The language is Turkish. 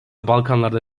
balkanlarda